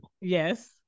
Yes